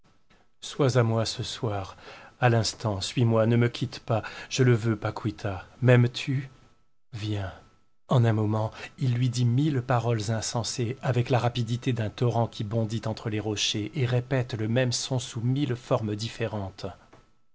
sois à moi ce soir à l'instant suis-moi ne me quitte pas je le veux paquita m'aimes-tu viens en un moment il lui dit mille paroles insensées avec la rapidité d'un torrent qui bondit entre des rochers et répète le même son sous mille formes différentes